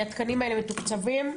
התקנים האלה מתוקצבים?